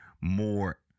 more